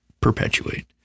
perpetuate